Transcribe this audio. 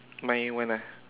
my one ah